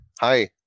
hi